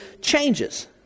changes